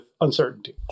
uncertainty